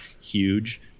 huge